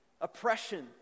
oppression